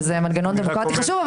וזה מנגנון דמוקרטי חשוב.